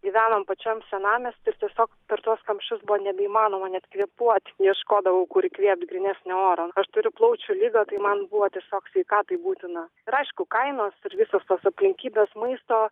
gyvenom pačiam senamiesty ir tiesiog per tuos kamščius buvo nebeįmanoma net kvėpuoti ieškodavau kur įkvėpt grynesnio oro aš turiu plaučių ligą tai man buvo tiesiog sveikatai būtina ir aišku kainos ir visos tos aplinkybės maisto